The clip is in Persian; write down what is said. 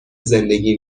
زندگی